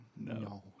No